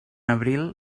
abril